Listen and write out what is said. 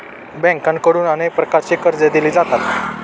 बँकांकडून अनेक प्रकारची कर्जे दिली जातात